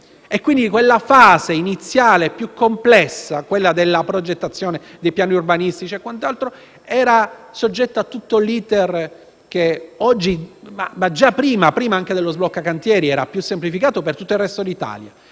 Comuni: la fase iniziale più complessa, quella della progettazione dei piani urbanistici e quant'altro, era soggetta a un determinato *iter*, ma questo già prima dello sblocca cantieri era semplificato per tutto il resto d'Italia.